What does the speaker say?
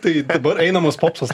tai dabar einamas popsas